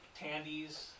Tandys